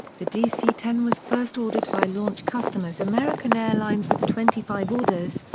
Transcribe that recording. the dc ten was first ordered by launch customers american airlines with twenty five orders,